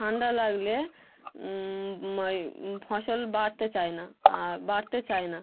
ঠান্ডা লাগলে ই ফসল বাড়তে চায় না বাড়তে চায় না